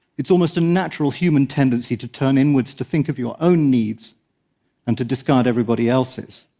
it's almost a natural human tendency to turn inwards, to think of your own needs and to discard everybody else's,